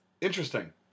Interesting